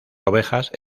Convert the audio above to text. ovejas